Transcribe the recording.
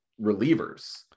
relievers